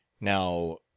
Now